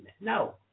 No